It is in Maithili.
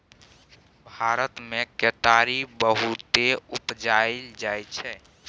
भारत मे केतारी बहुते उपजाएल जाइ छै